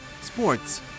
sports